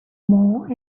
more